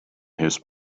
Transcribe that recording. his